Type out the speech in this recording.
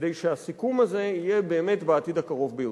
כדי שהסיכום הזה יהיה באמת בעתיד הקרוב ביותר.